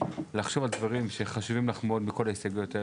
לחשוב על דברים שחשובים לך מאוד מכל ההסתייגויות האלה.